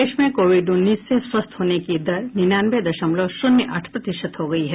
प्रदेश में कोविड उन्नीस से स्वस्थ होने की दर निन्यानवे दशमलव शून्य आठ प्रतिशत हो गई है